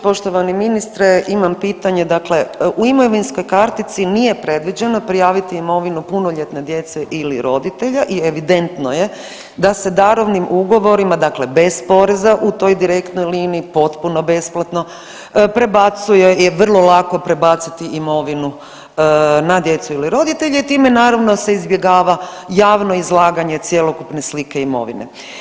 Poštovani ministre imam pitanje, dakle u imovinskoj kartici nije predviđeno prijaviti imovinu punoljetne djece ili roditelja i evidentno je da se darovnim ugovorima dakle bez poreza u toj direktnoj liniji potpuno besplatno prebacuje, je vrlo lako prebaciti imovinu na djecu ili roditelje i time naravno se izbjegava javno izlaganje cjelokupne slike imovine.